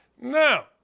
Now